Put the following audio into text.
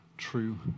true